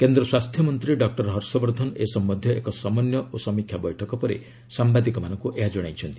କେନ୍ଦ୍ର ସ୍ୱାସ୍ଥ୍ୟମନ୍ତ୍ରୀ ଡକ୍ଟର ହର୍ଷବର୍ଦ୍ଧନ ଏ ସମ୍ପନ୍ଧୀୟ ଏକ ସମନ୍ୱୟ ଓ ସମୀକ୍ଷା ବୈଠକ ପରେ ସାମ୍ବାଦିକମାନଙ୍କୁ ଏହା ଜଣାଇଛନ୍ତି